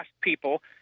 people